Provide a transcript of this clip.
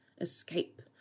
Escape